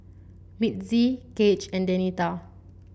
Mitzi Gaige and Denita